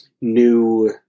new